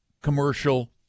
commercial